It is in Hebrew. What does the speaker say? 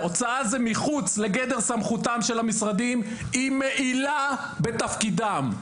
"הוצאה זה מחוק לגדר סמכותם של המשרדים היא מעילה בתפקידם".